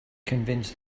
convince